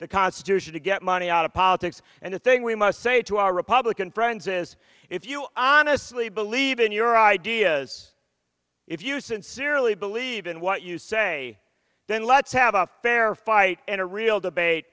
the constitution to get money out of politics and the thing we must say to our republican friends is if you honestly believe in your ideas if you sincerely believe in what you say then let's have a fair fight and a real debate